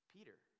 Peter